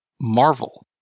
Marvel